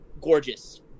gorgeous